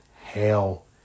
Hell